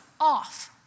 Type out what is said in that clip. off